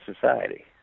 society